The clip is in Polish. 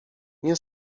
nie